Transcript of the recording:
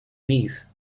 knees